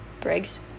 Briggs